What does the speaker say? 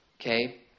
Okay